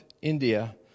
India